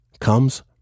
comes